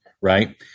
Right